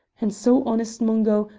and so, honest mungo,